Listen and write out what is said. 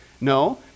No